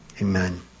Amen